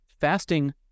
fasting